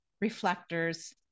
reflectors